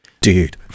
dude